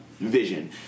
Vision